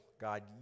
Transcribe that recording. God